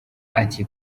ati